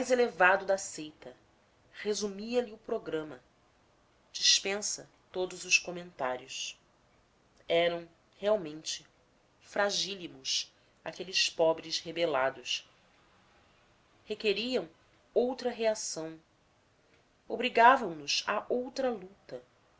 elevado da seita resumia lhe o programa dispensa todos os comentários eram realmente fragílimos aqueles pobres rebelados requeriam outra reação obrigavam nos a outra luta